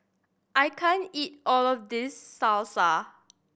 I can't eat all of this Salsa